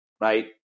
Right